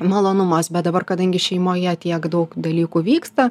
malonumas bet dabar kadangi šeimoje tiek daug dalykų vyksta